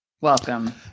welcome